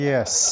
Yes